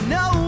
no